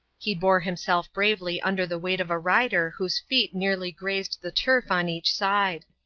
he bore himself bravely under the weight of a rider whose feet nearly grazed the turf on each side.